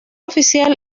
oficial